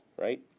right